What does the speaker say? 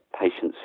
patients